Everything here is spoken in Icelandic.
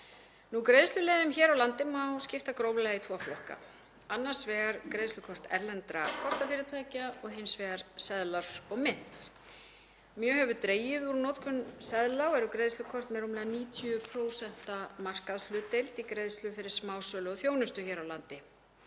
Greiðsluleiðum hér á landi má skipta gróflega í tvo flokka, annars vegar greiðslukort erlendra kortafyrirtækja og hins vegar seðla og mynt. Mjög hefur dregið úr notkun seðla og eru greiðslukort með rúmlega 90% markaðshlutdeild í greiðslum fyrir smásölu og þjónustu hér á landi.